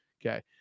okay